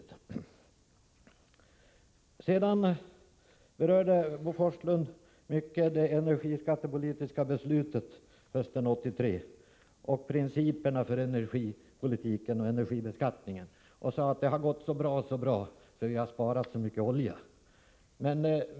Bo Forslund uppehöll sig länge vid det energipolitiska beslutet hösten 1983 och principerna för energipolitiken och energibeskattningen. Han sade att allting gått så bra, eftersom vi sparat så mycket olja.